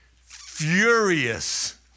furious